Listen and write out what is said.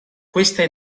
questa